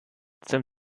zum